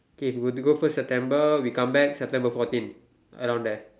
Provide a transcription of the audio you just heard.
K if we were to go first September we come back September fourteen around there